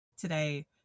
today